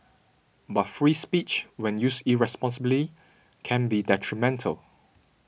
but free speech when used irresponsibly can be detrimental